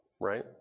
right